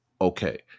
Okay